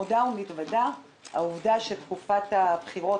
אני מודה ומתוודה, העובדה שתקופת הבחירות